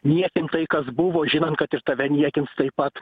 niekint tai kas buvo žinant kad ir tave niekins taip pat